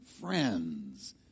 friends